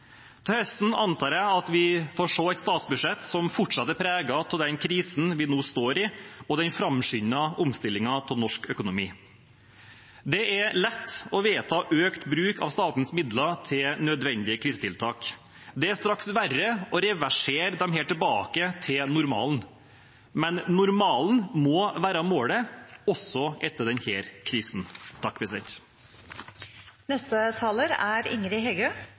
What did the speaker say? Til høsten antar jeg at vi får se et statsbudsjett som fortsatt er preget av den krisen vi nå står i, og den framskyndede omstillingen av norsk økonomi. Det er lett å vedta økt bruk av statens midler til nødvendige krisetiltak. Det er straks verre å reversere disse tilbake til normalen. Men normalen må være målet, også etter denne krisen.